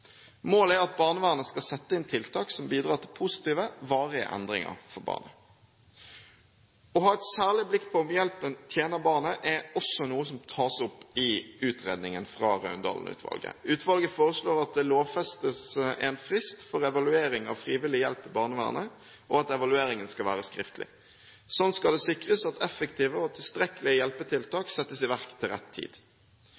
Målet er at barnevernet skal sette inn tiltak som bidrar til positive og varige endringer for barnet. Å ha et særlig blikk på om hjelpen tjener barnet, er også noe som tas opp i utredningen fra Raundalen-utvalget. Utvalget foreslår at det lovfestes en frist for evaluering av frivillig hjelp i barnevernet, og at evalueringen skal være skriftlig. Slik skal det sikres at effektive og tilstrekkelige